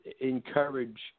encourage